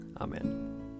Amen